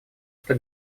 что